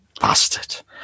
Bastard